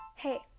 Hey